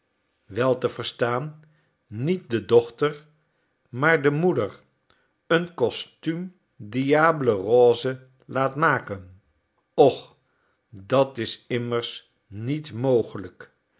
wel te verstaan niet de dochter maar de moeder een costuum diable rose laat maken och dat is immers niet mogelijk